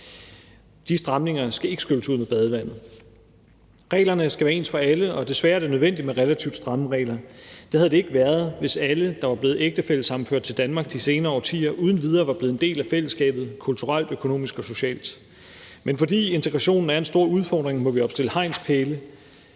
De stramninger skal ikke skylles ud med badevandet. Reglerne skal være ens for alle, og desværre er det nødvendigt med relativt stramme regler. Det havde det ikke været, hvis alle, der er blevet ægtefællesammenført til Danmark de senere årtier, uden videre var blevet en del af fællesskabet kulturelt, økonomisk og socialt. Men fordi integrationen er en stor udfordring, må vi opstille hegnspæle.